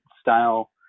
style